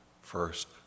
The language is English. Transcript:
First